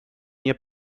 nie